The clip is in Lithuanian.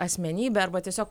asmenybe arba tiesiog